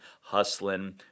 hustling